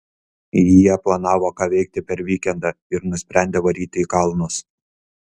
jie planavo ką veikti per vykendą ir nusprendė varyt į kalnus